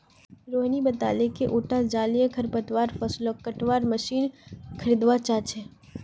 रोहिणी बताले कि उटा जलीय खरपतवार फ़सलक कटवार मशीन खरीदवा चाह छ